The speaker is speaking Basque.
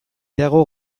dago